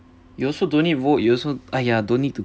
you also don't need vote you also !aiya! don't need to